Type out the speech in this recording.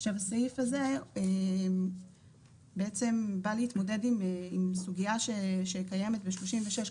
עכשיו הסעיף הזה בא להתמודד עם סוגייה שקיימת בסעיף 36,